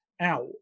out